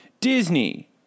Disney